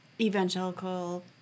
evangelical